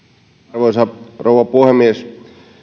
arvoisa rouva puhemies